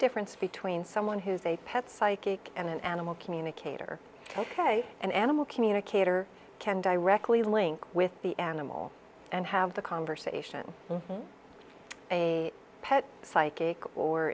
difference between someone who's a pet psychic and an animal communicator ok an animal communicator can directly link with the animal and have the conversation a pet psychic or